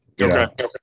okay